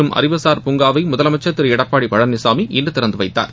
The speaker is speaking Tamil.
மற்றும் அறிவுசார் பூங்காவை முதலமைச்சர் திரு எடப்பாடி பழனிசாமி இன்று திறந்து வைத்தார்